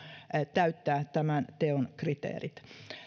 täyttää tämän teon kriteerit